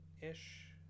ish